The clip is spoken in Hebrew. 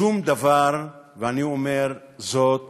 שום דבר, ואני אומר זאת